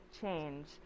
change